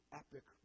epic